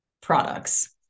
products